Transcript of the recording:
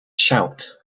shout